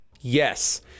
Yes